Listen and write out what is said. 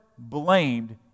blamed